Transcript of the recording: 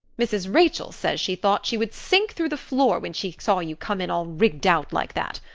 mrs. rachel says she thought she would sink through the floor when she saw you come in all rigged out like that.